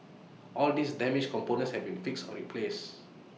all these damaged components have been fixed or replaced